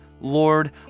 Lord